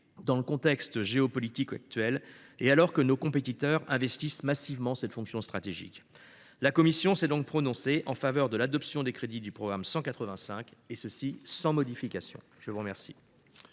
dans le contexte géostratégique actuel, alors que nos compétiteurs investissent massivement cette fonction stratégique. La commission s’est donc prononcée en faveur de l’adoption des crédits du programme 185, sans modification. La parole